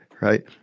right